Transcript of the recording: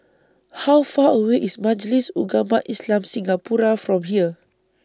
How Far away IS Majlis Ugama Islam Singapura from here